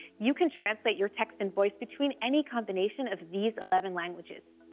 you can translate your text and voice between any combination of these eleven languages.